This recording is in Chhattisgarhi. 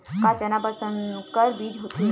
का चना बर संकर बीज होथे?